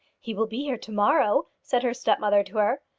he will be here to-morrow, said her stepmother to her.